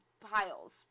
piles